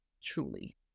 Truly